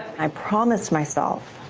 i promised myself